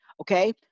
okay